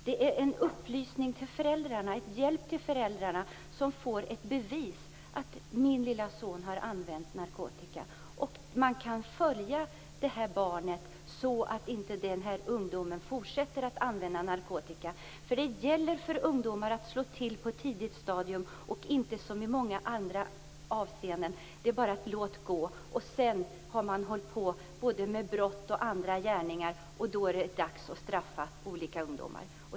Det är en upplysning och en hjälp till föräldrarna, som får ett bevis för att deras lille son har använt narkotika. Det gör att de kan följa barnet, så att han inte fortsätter att använda narkotika. Det gäller att slå till på ett tidigt stadium när det gäller ungdomar och inte, som i många andra avseenden, bara låta det gå. När de sedan har begått brott och andra gärningar, blir dags att straffa dem.